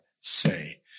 say